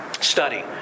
study